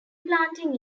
planting